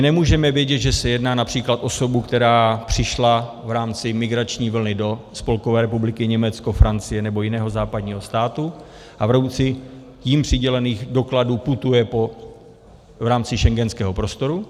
Nemůžeme vědět, že se jedná například o osobu, která přišla v rámci migrační vlny do Spolkové republiky Německo, Francie nebo jiného západního státu a v rámci jemu přidělených dokladů putuje v rámci schengenského prostoru.